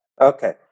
Okay